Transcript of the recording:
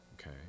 okay